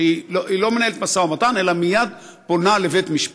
שהיא לא מנהלת משא ומתן אלא מייד פונה לבית-משפט,